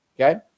okay